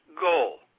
goal